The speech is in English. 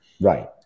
Right